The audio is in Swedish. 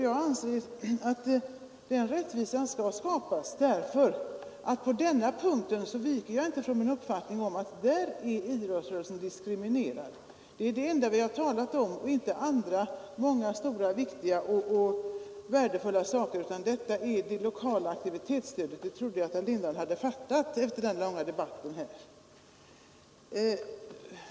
Jag anser att rättvisa här skall skapas, och på denna punkt viker jag inte från uppfattningen att idrottsrörelsen är diskriminerad. Det lokala aktivitetsstödet är det enda vi har att tala om nu och inte många andra stora och viktiga saker. Det trodde jag att herr Lindahl hade fattat efter den långa debatt som förts.